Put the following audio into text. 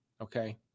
Okay